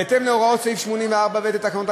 בהתאם להוראות סעיף 84(ב) לתקנון,